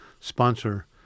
sponsor